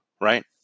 Right